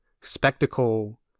spectacle